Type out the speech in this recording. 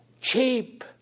cheap